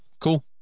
cool